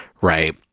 right